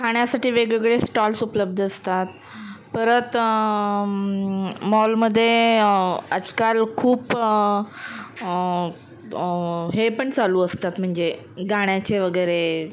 खाण्यासाठी वेगवेगळे स्टॉल्स उपलब्ध असतात परत मॉलमध्ये आजकाल खूप हे पण चालू असतात म्हणजे गाण्याचे वगैरे